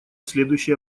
следующие